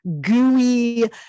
gooey